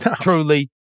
Truly